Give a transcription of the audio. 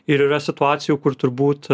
ir yra situacijų kur turbūt